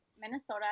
Minnesota